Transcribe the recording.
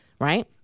right